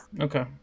Okay